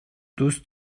دوست